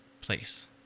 place